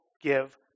give